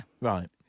Right